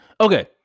Okay